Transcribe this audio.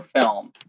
film